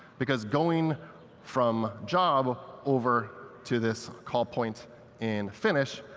because going from job over to this call point and finish,